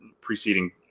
preceding